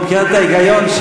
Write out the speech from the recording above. מבחינת ההיגיון,